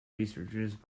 researchers